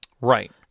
right